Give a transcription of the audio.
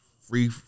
free